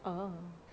ah